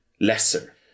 lesser